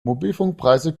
mobilfunkpreise